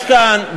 יש כאן,